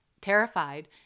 terrified